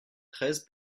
treize